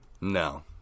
No